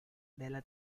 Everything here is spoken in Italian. della